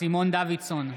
סימון דוידסון,